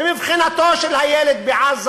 ומבחינתו של הילד בעזה,